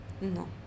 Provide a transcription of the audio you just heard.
No